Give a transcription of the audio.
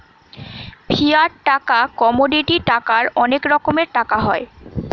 fiat টাকা, commodity টাকার অনেক রকমের টাকা হয়